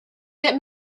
that